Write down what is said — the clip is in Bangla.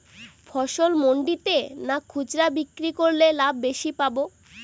ফসল মন্ডিতে না খুচরা বিক্রি করলে লাভ বেশি পাব?